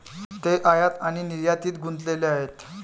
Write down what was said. ते आयात आणि निर्यातीत गुंतलेले आहेत